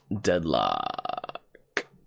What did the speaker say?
Deadlock